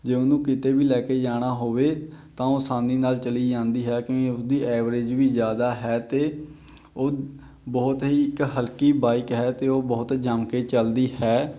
ਜੇ ਉਹਨੂੰ ਕਿਤੇ ਵੀ ਲੈ ਕੇ ਜਾਣਾ ਹੋਵੇ ਤਾਂ ਉਹ ਆਸਾਨੀ ਨਾਲ ਚਲੀ ਜਾਂਦੀ ਹੈ ਕਿਉਂਕਿ ਉਸਦੀ ਐਵਰੇਜ ਵੀ ਜ਼ਿਆਦਾ ਹੈ ਅਤੇ ਉਹ ਬਹੁਤ ਹੀ ਇੱਕ ਹਲਕੀ ਬਾਈਕ ਹੈ ਅਤੇ ਉਹ ਬਹੁਤ ਜਮ ਕੇ ਚੱਲਦੀ ਹੈ